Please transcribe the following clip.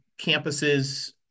campuses